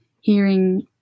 hearing